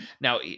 Now